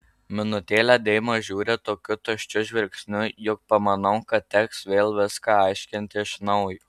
minutėlę deima žiūri tokiu tuščiu žvilgsniu jog pamanau kad teks vėl viską aiškinti iš naujo